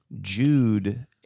Jude